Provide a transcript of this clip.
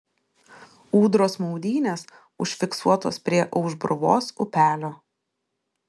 ūdros maudynės užfiksuotos prie aušbruvos upelio